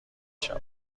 شوم